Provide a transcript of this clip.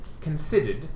considered